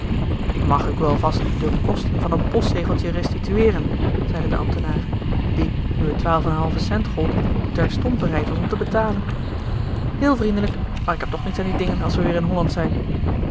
mag ik u al vast de kosten van een postzegeltje restitueeren zeide de ambtenaar die nu het twaalf en een halve cent gold terstond bereid was om te betalen heel vriendelijk maar ik heb toch niets aan die dingen als we weer in holland zijn